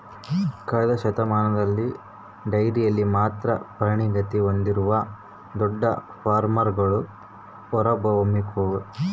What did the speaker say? ಕಳೆದ ಶತಮಾನದಲ್ಲಿ ಡೈರಿಯಲ್ಲಿ ಮಾತ್ರ ಪರಿಣತಿ ಹೊಂದಿರುವ ದೊಡ್ಡ ಫಾರ್ಮ್ಗಳು ಹೊರಹೊಮ್ಮಿವೆ